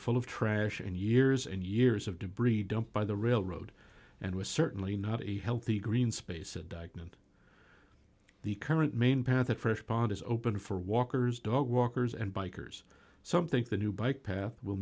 full of trash and years and years of debris dumped by the railroad and was certainly not a healthy green space a diet and the current main path that fresh pond is open for walkers dog walkers and bikers some think the new bike path w